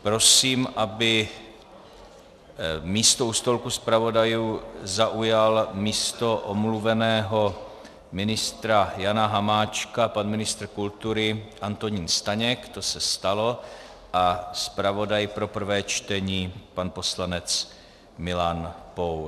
Prosím, aby místo u stolku zpravodajů zaujal místo omluveného ministra Jana Hamáčka pan ministr kultury Antonín Staněk, to se stalo, a zpravodaj pro prvé čtení pan poslanec Milan Pour.